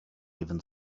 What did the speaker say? even